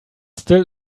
still